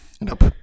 Nope